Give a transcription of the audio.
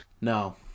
No